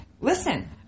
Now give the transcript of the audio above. Listen